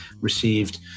received